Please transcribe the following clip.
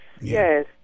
yes